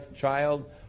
child